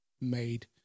made